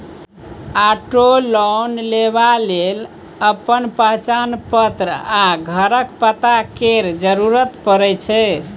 auto loan लेबा लेल अपन पहचान पत्र आ घरक पता केर जरुरत परै छै